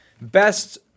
best